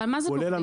אבל מה הכשלים?